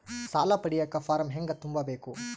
ಸಾಲ ಪಡಿಯಕ ಫಾರಂ ಹೆಂಗ ತುಂಬಬೇಕು?